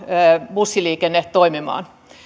bussiliikenne toimimaan